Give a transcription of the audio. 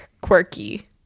quirky